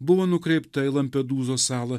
buvo nukreipta į lampedūzos salą